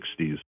1960s